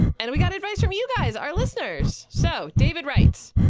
and we got advice from you guys, our listeners. so david writes,